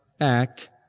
act